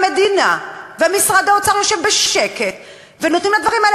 להתרחש כאשר למפקחת על הבנקים יש את היכולת לבוא ולהגיד: עד כאן.